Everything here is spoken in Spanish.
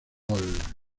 gol